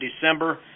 December